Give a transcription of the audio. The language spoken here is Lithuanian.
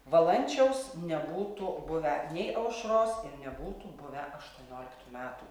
valančiaus nebūtų buvę nei aušros ir nebūtų buvę aštuonioliktų metų